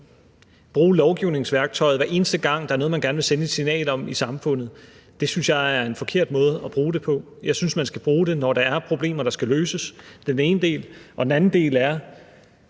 bruge lovgivningsværktøjet, hver eneste gang der er noget, man gerne vil sende et signal om i samfundet, synes jeg er en forkert måde at bruge det på. Jeg synes, man skal bruge det, når der er problemer, der skal løses – det er den ene del. Den anden del er,